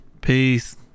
Peace